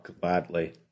gladly